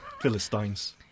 Philistines